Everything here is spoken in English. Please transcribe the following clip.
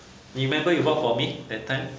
你 remember you bought for me that time